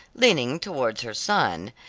leaning towards her son,